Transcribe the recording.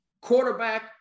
quarterback